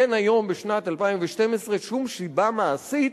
אין היום, בשנת 2012, שום סיבה מעשית